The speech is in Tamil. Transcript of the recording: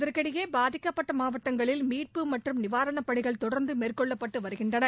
இதற்கிடையே பாதிக்கப்பட்ட மாவட்டங்களில் மீட்பு மற்றும் நிவாரணப் பணிகள் தொடர்ந்து மேற்கொள்ளப்பட்ட வருகின்றன